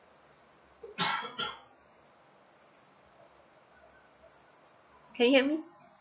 can you hear me